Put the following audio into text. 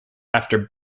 after